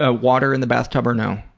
ah water in the bathtub or no?